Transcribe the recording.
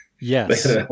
Yes